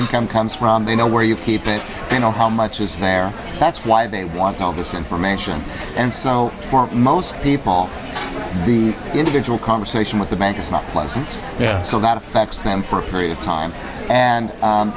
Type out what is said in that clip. income comes from they know where you keep it they know how much is there that's why they want all this information and so for most people the individual conversation with the bank is not pleasant yeah so that affects them for a period of time and